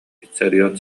виссарион